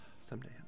Someday